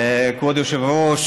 כבוד היושב-ראש,